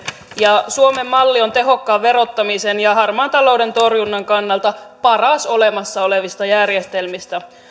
ja suomen malli on tehokkaan verottamisen ja harmaan talouden torjunnan kannalta paras olemassa olevista järjestelmistä